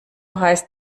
heißt